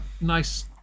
nice